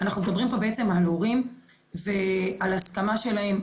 אנחנו מדברים פה בעצם על הורים ועל ההסכמה שלהם.